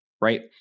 Right